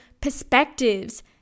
perspectives